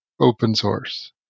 open-source